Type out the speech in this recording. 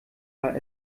war